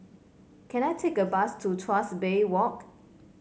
can I take a bus to Tuas Bay Walk